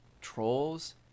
trolls